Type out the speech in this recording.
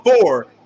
four